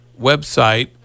website